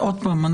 ועוד פעם,